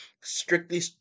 strictly